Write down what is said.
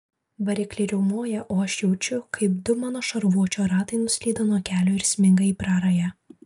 varikliai riaumoja o aš jaučiu kaip du mano šarvuočio ratai nuslydo nuo kelio ir sminga į prarają